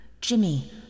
Jimmy